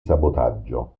sabotaggio